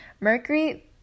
mercury